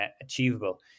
achievable